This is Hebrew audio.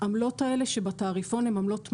העמלות האלה שבתעריפון הן עמלות מקסימום.